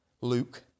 Luke